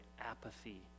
apathy